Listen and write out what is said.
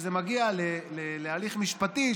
כשזה מגיע להליך משפטי,